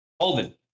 Holden